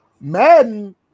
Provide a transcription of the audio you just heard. Madden